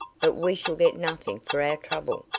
but we shall get nothing for our trouble.